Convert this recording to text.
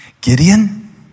gideon